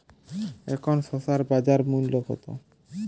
এখন শসার বাজার মূল্য কত?